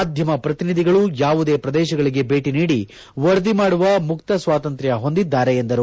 ಮಾಧ್ಯಮ ಪ್ರತಿನಿಧಿಗಳು ಯಾವುದೇ ಪ್ರದೇಶಗಳಿಗೆ ಭೇಟಿ ನೀಡಿ ವರದಿ ಮಾಡುವ ಮುಕ್ತ ಸ್ವಾತಂತ್ರ್ಯ ಹೊಂದಿದ್ದಾರೆ ಎಂದರು